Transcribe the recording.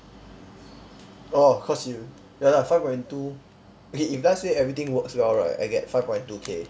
oh cause you ya lah five point two okay if let's say everything works well right I get five point two K